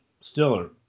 Stiller